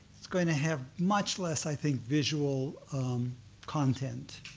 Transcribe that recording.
it's going to have much less, i think, visual content.